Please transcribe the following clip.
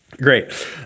Great